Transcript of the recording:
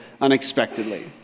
unexpectedly